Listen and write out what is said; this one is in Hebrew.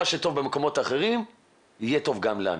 מה שטוב במקומות אחרים יהיה טוב גם לנו.